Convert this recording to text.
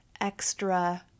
extra